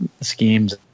schemes